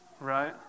right